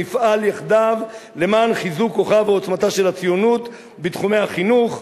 נפעל יחדיו למען חיזוק כוחה ועוצמתה של הציונות בתחומי החינוך,